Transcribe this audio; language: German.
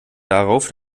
darauf